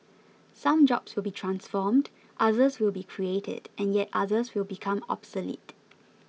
some jobs will be transformed others will be created and yet others will become obsolete